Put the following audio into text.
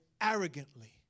arrogantly